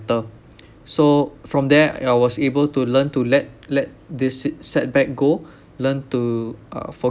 better so from there I was able to learn to let let this set~ setback go learn to uh forgive